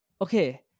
okay